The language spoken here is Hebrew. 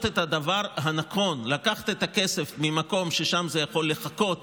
את הדבר הנכון: לקחת את הכסף ממקום שבו זה יכול לחכות